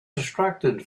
distracted